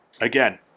again